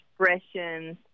expressions